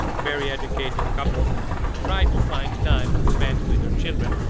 very educated couples try to find time to spend with their children.